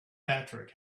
patrick